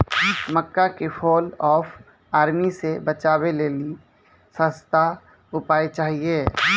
मक्का के fall of army से बचाबै लेली सस्ता उपाय चाहिए?